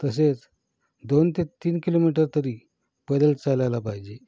तसेच दोन ते तीन किलोमीटर तरी पैदल चालायला पाहिजे